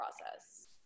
process